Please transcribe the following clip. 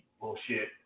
bullshit